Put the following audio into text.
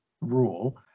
rule